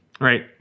right